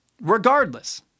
Regardless